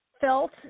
felt